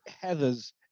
Heather's